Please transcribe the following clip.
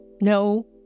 No